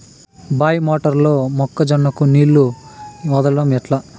బాయి మోటారు లో మొక్క జొన్నకు నీళ్లు వదలడం ఎట్లా?